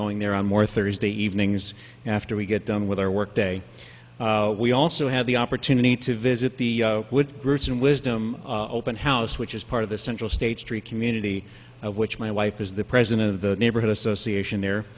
going there on more thursday evenings after we get done with our work day we also have the opportunity to visit the wood groups and wisdom open house which is part of the central state street community of which my wife is the president of the neighborhood association there